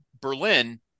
Berlin